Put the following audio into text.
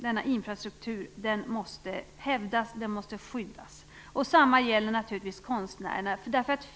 Denna infrastruktur måste hävdas och skyddas. Detsamma gäller naturligtvis konstnärerna.